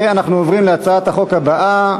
אנחנו עוברים להצעת החוק הבאה,